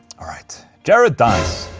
alright. jared dines.